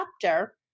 chapter